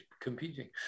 competing